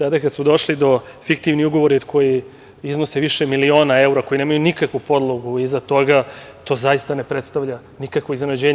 Sada kada su došli fiktivni ugovori koji iznose više miliona evra, koji nemaju nikakvu podlogu iza toga, to zaista ne predstavlja nikakvo iznenađenje.